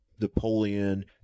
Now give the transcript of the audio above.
Napoleon